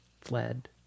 fled